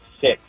Six